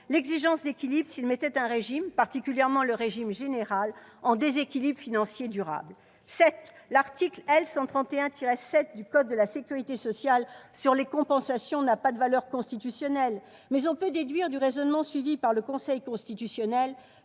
l'exigence d'équilibre s'il mettait un régime, particulièrement le régime général, en déséquilibre financier durable. Certes, l'article L. 131-7 du code de la sécurité sociale sur les compensations n'a pas de valeur constitutionnelle. Mais on peut déduire du raisonnement suivi par le Conseil constitutionnel